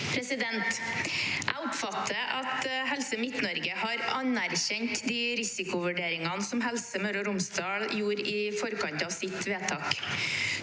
Jeg oppfatter at Helse Midt-Norge har anerkjent de risikovurderingene Helse Møre og Romsdal gjorde i forkant av sitt vedtak.